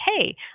hey